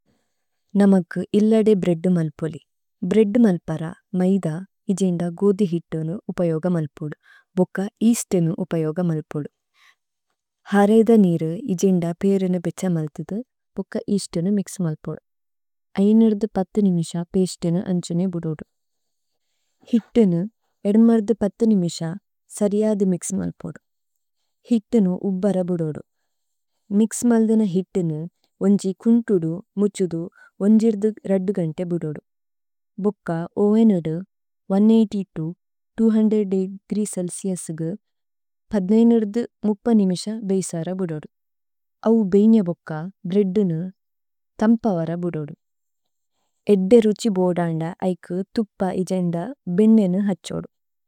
നമക്കു ഇല്ലദേ ബ്രേദ് മല്പോലി। ഭ്രേദ് മല്പര, മൈദ, ഇജേന്ദ ഗോദി ഹിത്തുനു ഉപയോഗ മല്പോദു। ഭോക യേഅസ്തുനു ഉപയോഗ മല്പോദു। ഹരൈധ നീരു ഇജേന്ദ പേഇരുനു ബേച്ഛ മല്ഥിദു। ഭോക യേഅസ്തുനു മിക്സ് മല്പോദു। അയനര്ധു പത്ഥു നിമിശ, പേഇസ്തുനുഅന്ജുനു ബുദോദു। ഹിത്തുനു ഏദുമര്ധു പത്ഥു നിമിശ, സരിയഥു മിക്സ് മല്പോദു। ഹിത്തുനു ഉപ്പര ബുദോദു। മിക്സ് മല്ഥിന ഹിത്തുനു ഉന്ജി കുന്തുദു, മുചുദു, ഉന്ജിര്ദു രദ്ദുഗന്തേ ബുദോദു। ഭോക ഓവേനദു, നൂറ്റിഎൺപത് തോ ഇരുനൂറ് ദേഗ്രീ ഛേല്സിഉസ്ഗു, പത്ഥു നിനര്ധു മുക്പ നിമിശ, ബേഇസര ബുദോദു। അവു ബേഇന ബോക, ബ്രേദ്ദുനു, തമ്പവര ബുദോദു। ഏദ്ദേ രുഛി ബോദന്ദ, ഐകു, തുപ്പ, ഇജേന്ദ, ബേന്നേനു ഹഛോദു।